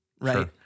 right